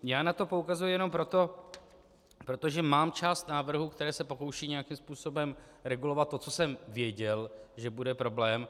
Já na to poukazuji jenom proto, protože mám část návrhů, které se pokoušejí nějakým způsobem regulovat to, co jsem věděl, že bude problém.